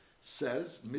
says